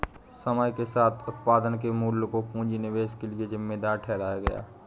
समय के साथ उत्पादन के मूल्य को पूंजी निवेश के लिए जिम्मेदार ठहराया गया